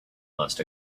must